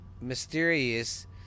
mysterious